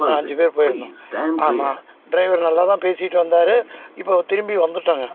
அஞ்சு பேர் போயிருந்தோம் ஆமாம் டிரைவர் நல்லா தான் பேசிகிட்டு வந்தார் இப்போ திரும்பி வந்துட்டோங்க